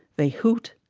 they hoot,